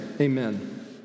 amen